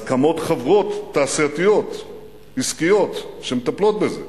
אז קמות חברות תעשייתיות עסקיות שמטפלות בזה,